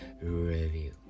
Review